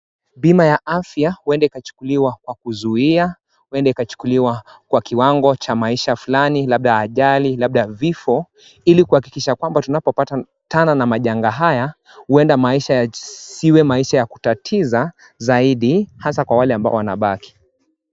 Bima ya afya huwenda ikachukuliwa kwa kuzuia, huenda ikachukuliwa kwa kiwango cha maisha fulani labda ajali, labda vifo ili kuhakikisha tunapopatana na majanga haya huenda maisha yasiwe maisha ya kutatiza zaidi haswa kwa wale ambao wanaobaki.